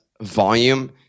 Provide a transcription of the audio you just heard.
volume